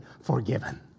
forgiven